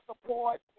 support